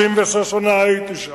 36 שנה הייתי שם,